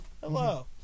Hello